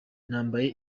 nambaye